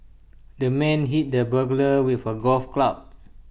the man hit the burglar with A golf club